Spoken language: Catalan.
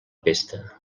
pesta